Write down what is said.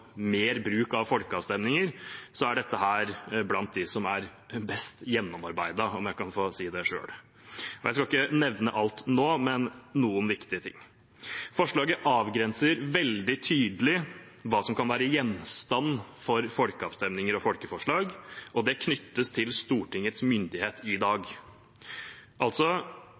mer bruk av folkeavstemninger, er dette blant dem som er best gjennomarbeidet, om jeg kan få si det selv. Jeg skal ikke nevne alt nå, men noen viktige ting. Forslaget avgrenser veldig tydelig hva som kan være gjenstand for folkeavstemninger og folkeforslag, og det knyttes til Stortingets myndighet i dag.